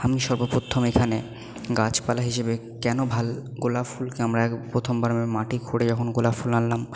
আমি সর্বপ্রথম এখানে গাছপালা হিসাবে কেন ভাল গোলাপ ফুলকে আমরা প্রথম বার মাটি খুঁড়ে যখন গোলাপ ফুল আনলাম